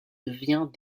devient